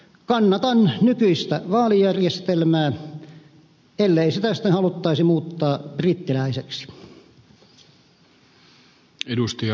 kannatan nykyistä vaalijärjestelmää ellei sitä sitten haluttaisi muuttaa brittiläiseksi